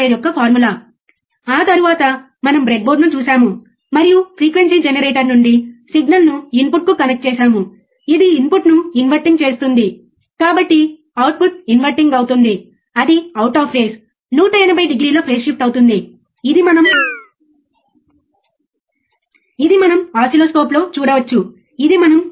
మీరు మీరే ప్రయోగం చేసిన తర్వాత మీకు ఎక్కువ ఆలోచన లేదా ఎక్కువ ప్రశ్నలు లేదా ఎక్కువ ఇబ్బందులు ఉంటాయి మీరు నన్ను అడగవచ్చు లేదా మీరే పరిష్కరించడానికి ప్రయత్నించవచ్చు సరే